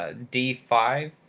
ah d five,